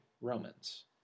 Romans